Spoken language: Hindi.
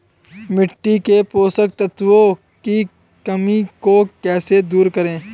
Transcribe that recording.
मिट्टी के पोषक तत्वों की कमी को कैसे दूर करें?